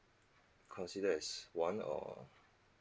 considered as one or